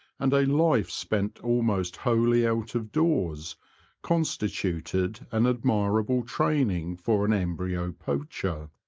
and a life spent almost wholly out of doors constituted an admirable training for an embryo poacher.